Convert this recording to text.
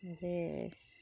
दे